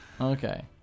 Okay